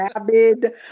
rabid